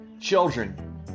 children